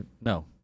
No